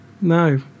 No